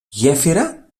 γέφυρα